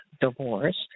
divorced